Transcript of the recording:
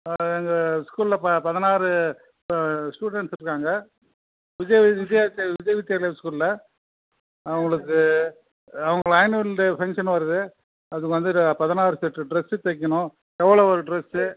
எங்கள் ஸ்கூல்லில் ப பதினாரு ஸ்டூடண்ஸ் இருக்காங்க விஜய வி விஜயா வித்யால் விஜய் வித்யாலயா ஸ்கூலில் அவங்களுக்கு அவங்க ஆன்வல் டே ஃபங்ஷன் வருது அதுக்கு வந்துவிட்டு பதினாரு செட்டு ட்ரெஸ்ஸு தைக்கணும் எவ்வளோ ஒரு ட்ரெஸ்ஸு